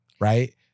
Right